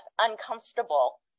uncomfortable